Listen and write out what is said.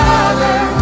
Father